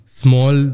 small